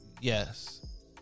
Yes